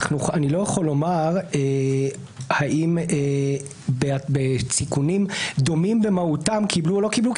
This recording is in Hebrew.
אני לא יכול לומר האם בתיקונים דומים במהותם קיבלו או לא קיבלו,